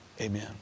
Amen